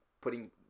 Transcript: putting